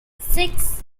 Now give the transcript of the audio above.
six